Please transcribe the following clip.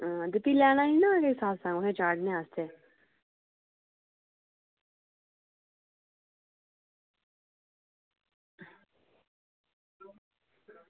ते लैना निं ऐ कुड़े सत्संग च चाढ़ने आस्तै